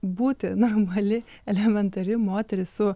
būti normali elementari moteris su